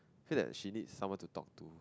feel that she needs someone to talk to